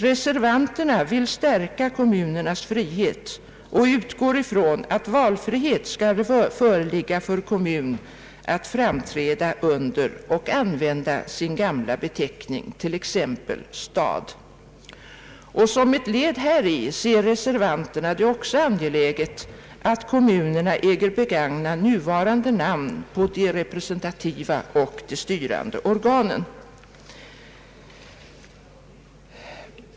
Reservanterna vill stärka kommunernas frihet och utgår ifrån att valfrihet skall föreligga för kommun att framträda under och använda sin gamla beteckning, t.ex. stad. Som ett led häri ser reservanterna det också som angeläget att kommunerna äger begagna nuvarande namn på de representativa och de styrande organen.